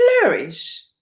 Flourish